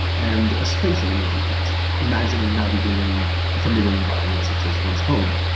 and a spatial imagery task, imagining navigating a familiar environment such as one's home.